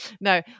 No